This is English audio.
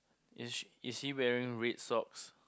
is she is he wearing red socks